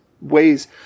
ways